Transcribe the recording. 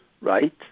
right